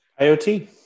IOT